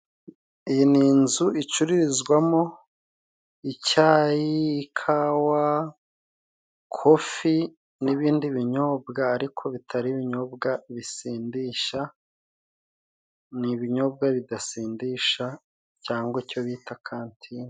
Iyi ni inzu icururizwamo icyayi, ikawa, kofi n'ibindi binyobwa ariko bitari ibinyobwa bisindisha. Ni ibinyobwa bidasindisha cyangwa icyo bita kantine.